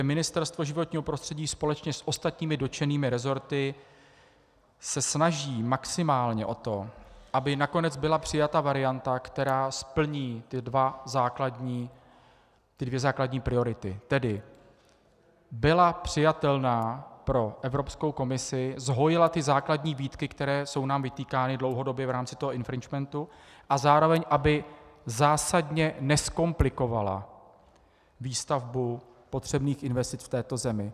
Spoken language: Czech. Ministerstvo životního prostředí společně s ostatními dotčenými resorty se snaží maximálně o to, aby nakonec byla přijata varianta, která splní ty dvě základní priority, tedy byla přijatelná pro Evropskou komisi, zhojila ty základní výtky, které jsou nám vytýkány dlouhodobě v rámci toho infringementu, a zároveň aby zásadně nezkomplikovala výstavbu potřebných investic v této zemi.